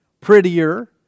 prettier